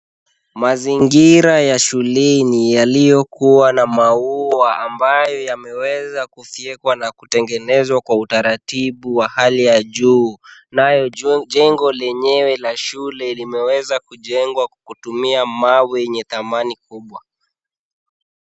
Mazingira ya shuleni yaliyokuwa na maua ambayo yameweza kufywekwa na kutengenezwa kwa utaratibu wa hali ya juu nayo jengo lenyewe la shule limeweza kujengwa kutumia mawe yenye thamani kubwa.